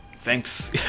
thanks